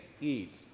eat